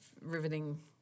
riveting